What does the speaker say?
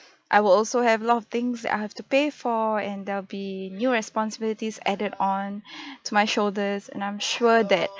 I will also have a lot of things that I have to pay for and there will be new responsibilities added on to my shoulders and I'm sure that